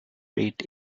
rate